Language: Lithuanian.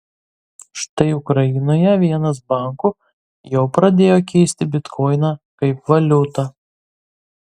štai ukrainoje vienas bankų jau pradėjo keisti bitkoiną kaip valiutą